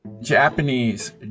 Japanese